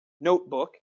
notebook